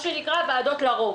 מה שנקרא, ועדות לרוב.